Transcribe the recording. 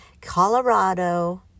Colorado